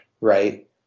right